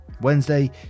Wednesday